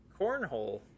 Cornhole